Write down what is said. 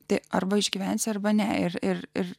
tik arba išgyvensi arba ne ir ir